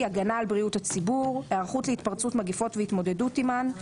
הגנה על בריאות הציבור; היערכות להתפרצות מגפות והתמודדות עמן;